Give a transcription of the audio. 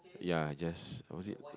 ya I just was it